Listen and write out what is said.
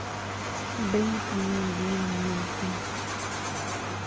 Bank में ऋण मिलते?